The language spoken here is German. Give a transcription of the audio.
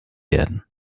werden